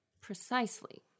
Precisely